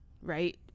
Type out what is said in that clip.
right